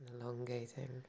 elongating